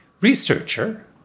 researcher